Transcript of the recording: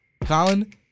Colin